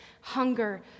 hunger